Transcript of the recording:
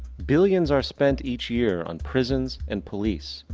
billions are spend each year on prisons and police,